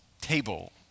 table